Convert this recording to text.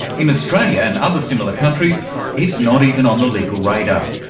in australia and other similar countries it's not even on the legal radar.